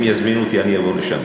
אם יזמינו אותי אבוא לשם.